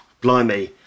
blimey